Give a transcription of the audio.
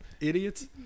idiots